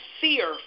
fear